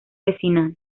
vecinal